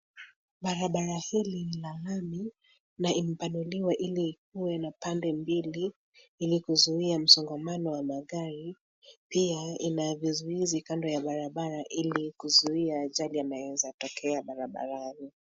Barabara hili lina lami na imepanuliwa ili iwe na pande mbili ili kuzuhia msongamano wa magari. Pia ina vizuizi kando ya barabara ili kuzuhia ajali yanayoeza tokea barabarani.